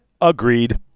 Agreed